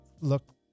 look